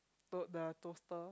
to the toaster